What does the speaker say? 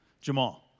Jamal